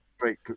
Great